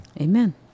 Amen